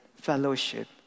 fellowship